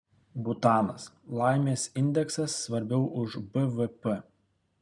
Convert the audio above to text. butanas laimės indeksas svarbiau už bvp